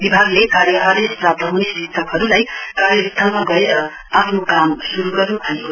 विभागले कार्य आदेश प्राप्त हुने शिक्षकहरूलाई कार्यस्थलमा गएर आफ्नो काम श्रू गर्न् भनेको छ